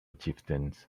chieftains